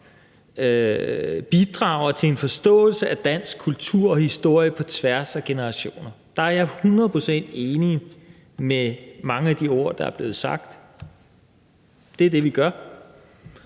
bidrager til en forståelse af dansk kultur og historie på tværs at generationer. Der er jeg hundrede procent enig i mange af de ord, der er blevet sagt. Det er det, vi gør.